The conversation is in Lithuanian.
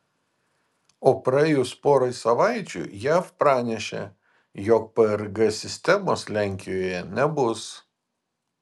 o praėjus porai savaičių jav pranešė jog prg sistemos lenkijoje nebus